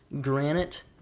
granite